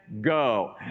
go